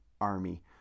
army